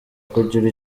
kugira